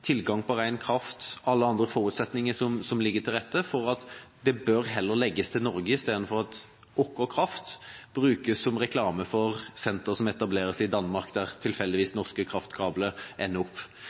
tilgang på ren kraft – og alle andre forutsetninger som ligger til rette for at dette heller bør legges til Norge istedenfor at vår kraft brukes som reklame for senter som etableres i Danmark, der tilfeldigvis